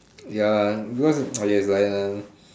ya because !aiya! is like that one